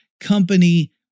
company